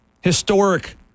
Historic